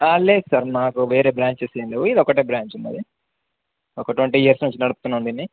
లేదు సార్ మాకు వేరే బ్రాంచెస్ ఏ లేవు ఇది ఒకటే బ్రాంచ్ ఉన్నది ఒక ట్వంటీ ఇయర్స్ నుంచి నడుతున్నాండిని